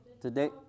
Today